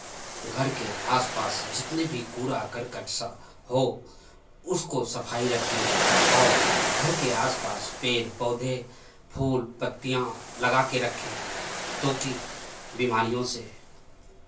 घर के आस पास जितने भी कूड़ा करकट सब हो उसको सफाई रखिए और घर के आस पास पेड़ पौधे फूल पत्तियाँ लगा के रखें ताकि बीमारियों से